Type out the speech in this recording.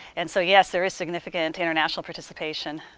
and so yes there is significant international participation.